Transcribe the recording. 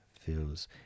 feels